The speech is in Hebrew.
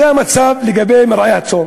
זה המצב לגבי מרעה הצאן.